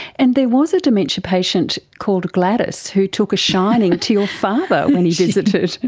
and there was a dementia patient called gladys who took a shining to your father when he visited.